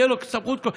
תהיה לו הסמכות שלו.